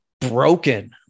broken